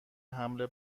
حمل